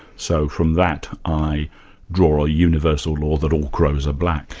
so from that i draw a universal law that all crows are black.